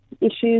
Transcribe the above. issues